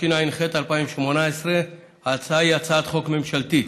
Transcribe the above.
התשע"ח 2018. ההצעה היא הצעת חוק ממשלתית.